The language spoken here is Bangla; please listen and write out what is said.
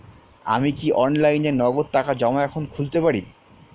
আমি কি অনলাইনে নগদ টাকা জমা এখন খুলতে পারি?